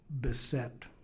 beset